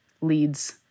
leads